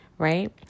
Right